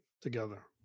together